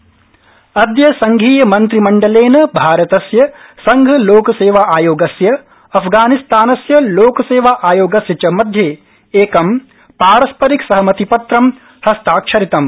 मंत्रिमण्डलम् अन्बन्धपत्रम् अद्य संघीय मन्त्रिमण्डलेन भारतस्य संघलोकसेवाआयोगस्य अफगानिस्तानस्य लोकसेवा आयोगस्य च मध्ये एकं पारस्परिक सहमति पत्रम् हस्ताक्षरितम्